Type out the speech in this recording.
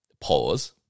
pause